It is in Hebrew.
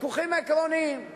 ויכוחים עקרוניים.